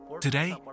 Today